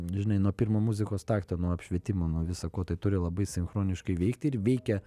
žinai nuo pirmo muzikos takto nuo apšvietimo nuo visa ko tai turi labai sinchroniškai veikti ir veikia